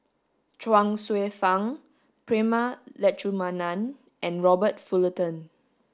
Chuang Hsueh Fang Prema Letchumanan and Robert Fullerton